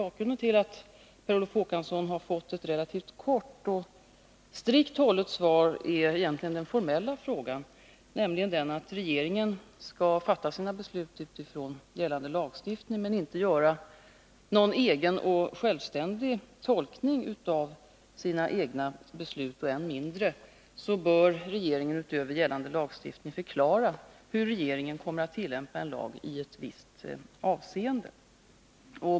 Bakgrunden till att Per Olof Håkansson har fått ett relativt kort och strikt hållet svar är egentligen det formella, nämligen att regeringen skall fatta sina beslut utifrån gällande lagstiftning, men inte göra några självständiga tolkningar av sina beslut och än mindre förklara hur regeringen kommer att tillämpa en lag i ett visst avseende.